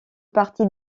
parti